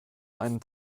einen